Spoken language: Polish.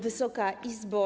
Wysoka Izbo!